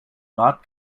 rat